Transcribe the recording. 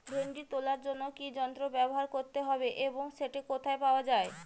ভিন্ডি তোলার জন্য কি যন্ত্র ব্যবহার করতে হবে এবং সেটি কোথায় পাওয়া যায়?